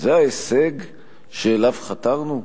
זה ההישג שאליו חתרנו?